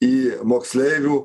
į moksleivių